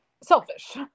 selfish